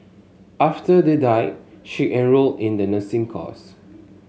after they died she enrolled in the nursing course